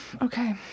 Okay